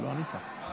לא ענית.